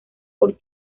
por